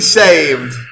saved